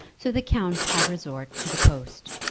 so the count had resort to the post.